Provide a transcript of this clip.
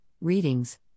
readings